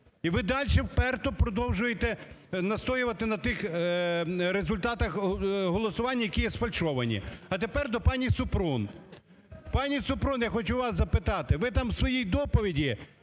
і ви далі вперто продовжуєте настоювати на тих результатах голосування, які є сфальшовані. А тепер до пані Супрун. Пані Супрун, я хочу вас запитати, ви там у своїй доповіді,